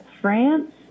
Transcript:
France